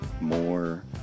more